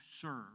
serve